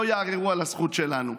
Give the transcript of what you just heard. שלא יערערו על הזכות שלנו.